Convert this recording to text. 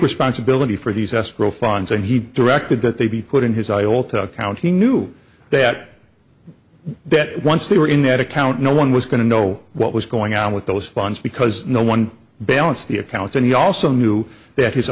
responsibility for these escrow funds and he directed that they be put in his eye all to account he knew that that once they were in that account no one was going to know what was going on with those funds because no one balanced the accounts and he also knew that h